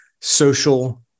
social